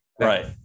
Right